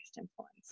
influence